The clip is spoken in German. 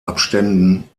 abständen